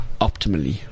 optimally